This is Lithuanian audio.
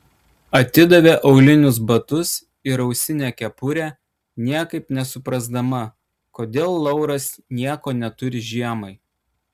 atidavė aulinius batus ir ausinę kepurę niekaip nesuprasdama kodėl lauras nieko neturi žiemai